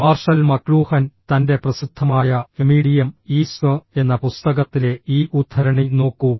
marshal McLuhan തൻ്റെ പ്രസിദ്ധമായ medium is എന്ന പുസ്തകത്തിലെ ഈ ഉദ്ധരണി നോക്കൂ